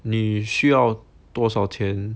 你需要多少钱